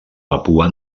papua